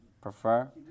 Prefer